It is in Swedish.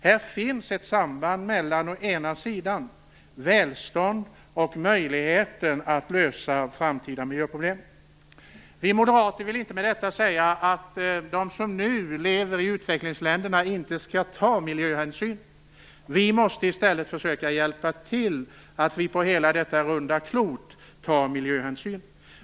Här finns ett samband mellan välstånd och möjligheten att lösa framtida miljöproblem. Vi moderater vill inte med detta säga att de som nu lever i utvecklingsländerna inte skall ta miljöhänsyn. Vi måste i stället försöka hjälpa till så att vi på hela detta runda klot tar miljöhänsyn.